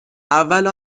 اول